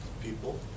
people